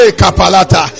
kapalata